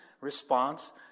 response